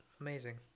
amazing